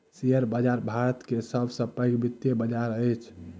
share बाजार भारत के सब सॅ पैघ वित्तीय बजार अछि